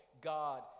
god